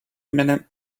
minute